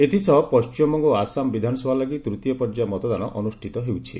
ଏଥିସହ ପଶ୍ଚିମବଙ୍ଗ ଓ ଆସାମ ବିଧାନସଭା ଲାଗି ତୂତୀୟ ପର୍ଯ୍ୟାୟ ମତଦାନ ଅନୁଷ୍ଠିତ ହେଉଛି